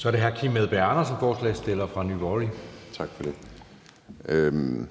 Kl. 20:19 Anden næstformand (Jeppe Søe): Så er det